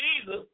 Jesus